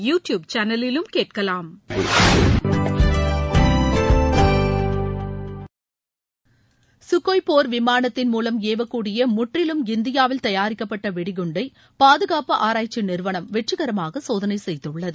க்கோய் போர் விமானத்தின் மூலம் ஏவக்கூடிய முற்றிலும் இந்தியாவில் தயாரிக்கப்பட்ட வெடிகுண்டை பாதுகாப்பு ஆராய்ச்சி நிறுவனம் வெற்றிகரமாக சோதனை செய்துள்ளது